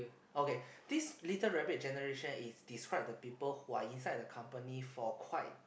okay this little rabbit generation is describe the people who are inside the company for quite